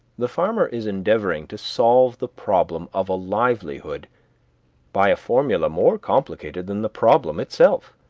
the farmer is endeavoring to solve the problem of a livelihood by a formula more complicated than the problem itself.